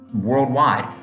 worldwide